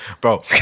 bro